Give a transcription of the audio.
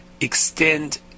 extend